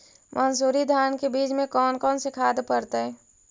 मंसूरी धान के बीज में कौन कौन से खाद पड़तै?